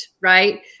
Right